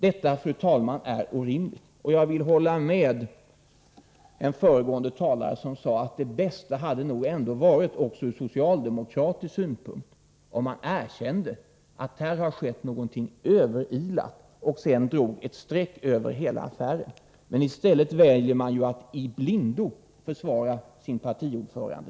Detta, fru talman, är orimligt, och jag vill hålla med en föregående talare som sade att det bästa hade nog ändå varit, också ur socialdemokratisk synpunkt, om man erkände att här har skett någonting överilat och sedan drog ett streck över hela affären. Men i stället väljer man att i blindo försvara sin partiordförande.